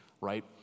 right